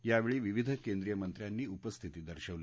या वेळी विविध केंद्रीय मंत्र्यांनी उपस्थिती दर्शवली